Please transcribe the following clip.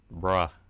Bruh